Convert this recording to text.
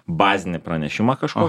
bazinį pranešimą kažkokį